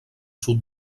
sud